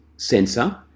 Sensor